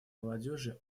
молодежи